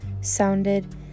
sounded